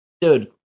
Dude